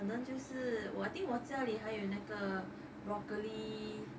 可能就是 well I think 我家里还有那个 broccoli